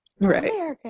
right